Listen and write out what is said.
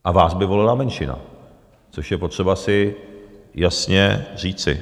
A vás by volila menšina, což je potřeba si jasně říci.